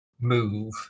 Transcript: move